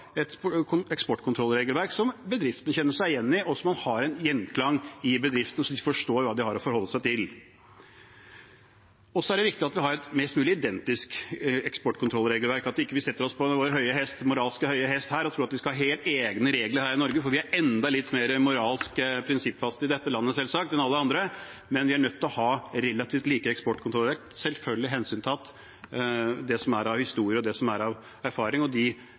de forstår hva de har å forholde seg til. Det er også viktig at vi har et mest mulig identisk eksportkontrollregelverk, at vi ikke setter oss på vår moralsk høye hest og tror at vi skal ha helt egne regler her i Norge, fordi vi er enda litt mer moralske og prinsippfaste i dette landet – selvsagt – enn alle andre. Vi er nødt til å ha relativt like eksportkontrollregelverk, selvfølgelig hensyntatt det som er av historie, erfaring og samarbeidskonstellasjoner som er inngått over tid. Vi er også medlem av NATO, som selvfølgelig setter oss i en spesiell situasjon, og